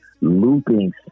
looping